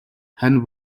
хань